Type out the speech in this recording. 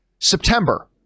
september